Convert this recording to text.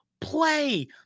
play